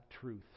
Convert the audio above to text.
truth